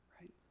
right